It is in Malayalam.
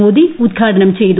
മോദി ഉദ്ഘാടനം ചെയ്തു